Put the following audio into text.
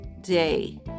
day